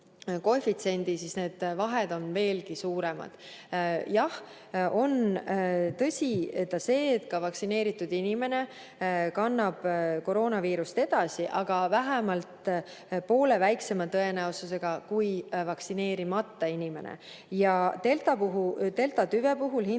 siis need vahed on veelgi suuremad. Jah, tõsi on see, et ka vaktsineeritud inimene kannab koroonaviirust edasi, aga vähemalt poole väiksema tõenäosusega kui vaktsineerimata inimene. Ja deltatüve puhul hindavad